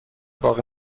باقی